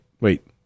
wait